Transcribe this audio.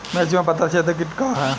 मिर्च में पता छेदक किट का है?